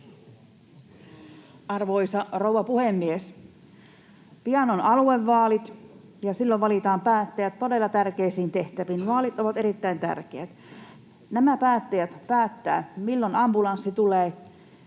Arvoisa rouva puhemies! Pian on aluevaalit, ja silloin valitaan päättäjät todella tärkeisiin tehtäviin. Ne vaalit ovat erittäin tärkeät. Nämä päättäjät päättävät, milloin ambulanssi tulee,